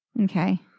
Okay